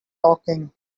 talking